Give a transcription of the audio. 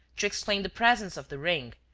to explain the presence of the ring,